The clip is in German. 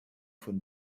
von